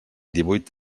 divuit